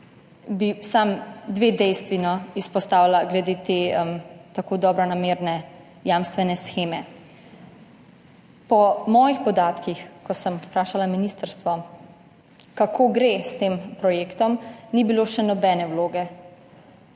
bi samo dve dejstvi glede te tako dobronamerne jamstvene sheme. Po mojih podatkih, ko sem vprašala ministrstvo, kako gre s tem projektom, ni bilo še nobene vloge.